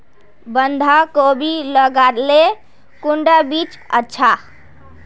बंधाकोबी लगाले कुंडा बीज अच्छा?